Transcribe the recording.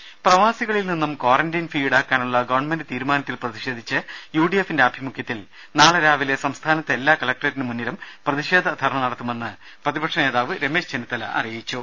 ദേദ പ്രവാസികളിൽ നിന്നും ക്വാറന്റൈൻ ഫീസ് ഇൌടാക്കാനുള്ള ഗവൺമെന്റ് തീരുമാനത്തിൽ പ്രതിഷേധിച്ച് യുഡിഎഫിന്റെ ആഭിമുഖ്യത്തിൽ നാളെ രാവിലെ സംസ്ഥാനത്തെ എല്ലാ കളക്ടേറ്റിന് മുന്നിലും പ്രതിഷേധ ധർണ്ണ നടത്തുമെന്ന് പ്രതിപക്ഷനേതാവ് രമേശ് ചെന്നിത്തല അറിയിച്ചു